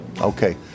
Okay